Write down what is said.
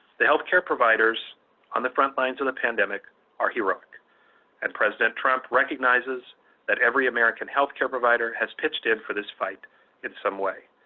the healthcare providers on the front lines of the pandemic are heroic and president trump recognizes that every american healthcare provider has pitched in for this fight in some way.